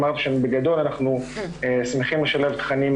אמרתי שבגדול אנחנו שמחים לשלב תכנים